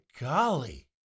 golly